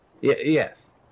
Yes